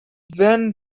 then